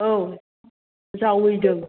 औ जावैदों